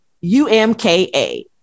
U-M-K-A